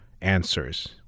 answers